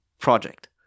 project